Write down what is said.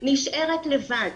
נשארת לבד.